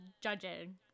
judging